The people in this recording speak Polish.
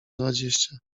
dwadzieścia